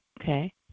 Okay